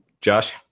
Josh